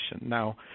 Now